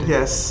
Yes